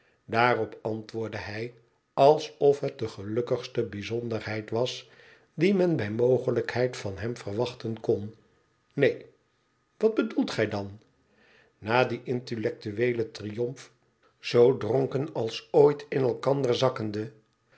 daarop antwoordde hij alsof het de gelukkigste bijzonderheid was die men bij mogelijkheid van hem verwachten kon neen wat bedoelt gij dan na dien intellectueelen triomf zoo dronken als ooit in elkander zakkende